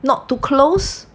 not too close